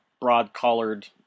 broad-collared